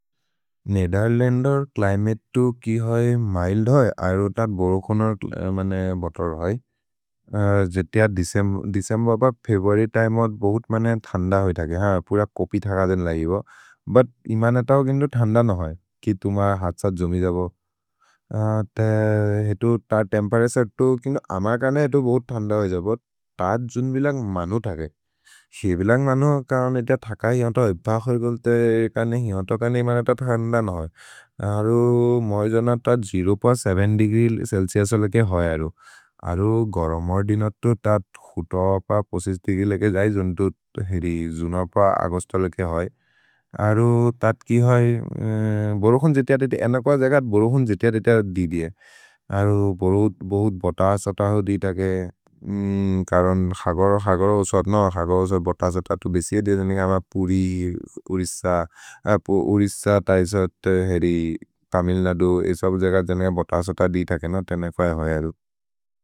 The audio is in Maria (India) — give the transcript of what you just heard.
नेदएर्लन्दर् च्लिमते तु कि होइ मिल्द् होइ अरो त बोरोकोनर् बोतर् होइ, जेतिअ दिसेम् बब फेवोरि त इमोद् बोहोत् मने थन्द होइ थगे। हा पुर कोपि थग देन् लै इबो, बुत् इमन तौ केन्तु थन्द नहोइ कि तुम हत्स द्जुमि जबो, त तेम्पेरतुरे तु केन्तु अमर् कने एतो बोहोत् थन्द होइ जबो। त जुन् बिलन्ग् मनु थगे, से बिलन्ग् मनु कौन् एत थक हिअत होइ, भखर् गोल्ते हिअत कने इमन त थन्द नहोइ, अरो मै जन त प देग्री चेल्चिउस् लोके होइ अरो। अरो गरमोदिन् अतो त तुत प लोके जै जुन्तो हेरि जुन प औगुस्त लोके होइ, अरो तत् कि होइ बोरोकोन् जेतिअ देते, एनक् होअ जगत् बोरोकोन् जेतिअ देते दि दिए। अरो बोहोत् बोतर् सोत होइ दि थगे, करोन् खगर-खगर ओसत् नहि, खगर ओसत् बोतर् सोत तु बेसि ए देजेनिक् अम पुरि, उरिस्स, उरिस्स त इसत् हेरि पमिल् नदु। एसबु जेकर् बोतर् सोत दि थगे नहि, तेनेक् होइ होइ अरो।